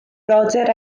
brodyr